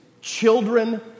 children